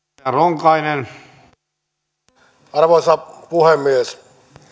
arvoisa puhemies